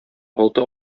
алты